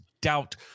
doubt